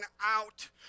out